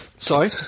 sorry